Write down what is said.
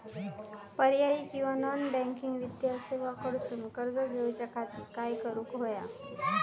पर्यायी किंवा non banking वित्तीय सेवा कडसून कर्ज घेऊच्या खाती काय करुक होया?